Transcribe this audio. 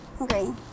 Okay